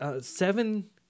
Seven